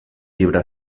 llibre